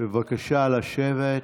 בבקשה לשבת.